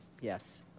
yes